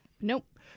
Nope